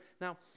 Now